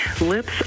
LIPS